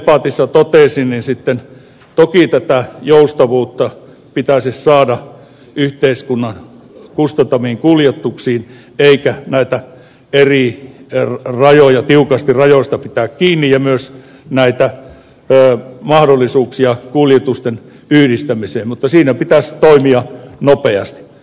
niin kuin debatissa totesin toki tätä joustavuutta pitäisi saada yhteiskunnan kustantamiin kuljetuksiin eikä näistä eri rajoista pitäisi tiukasti pitää kiinni ja myös näitä mahdollisuuksia kuljetusten yhdistämiseen mutta siinä pitäisi toimia nopeasti